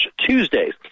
Tuesdays